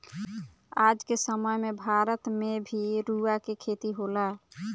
आज के समय में भारत में भी रुआ के खेती होता